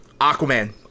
Aquaman